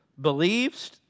believes